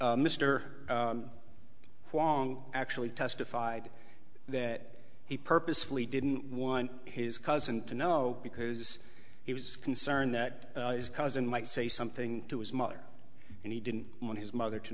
drugs mister wong actually testified that he purposefully didn't want his cousin to know because he was concerned that cousin might say something to his mother and he didn't want his mother to